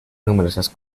numerosas